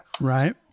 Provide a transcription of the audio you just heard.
Right